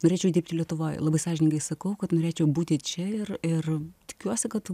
norėčiau dirbti lietuvoj labai sąžiningai sakau kad norėčiau būti čia ir ir tikiuosi kad